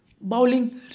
bowling